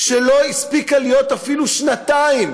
שלא הספיקה לכהן אפילו שנתיים,